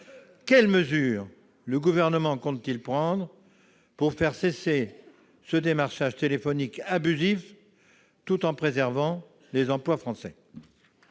Quelles mesures le Gouvernement compte-t-il prendre pour faire cesser le démarchage téléphonique abusif, tout en préservant les emplois français ?